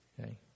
Okay